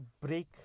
break